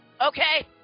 Okay